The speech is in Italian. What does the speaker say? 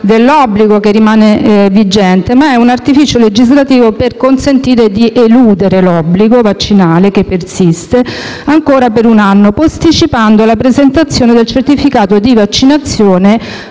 dell'obbligo, che rimane vigente, ma è un artificio legislativo per consentire di eludere l'obbligo vaccinale (che persiste) ancora per un anno, posticipando la presentazione del certificando di vaccinazione